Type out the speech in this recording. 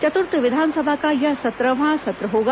चतुर्थ विधानसभा का यह सत्रहवां सत्र होगा